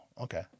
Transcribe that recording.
okay